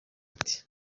ati